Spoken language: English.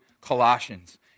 Colossians